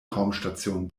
raumstation